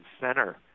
center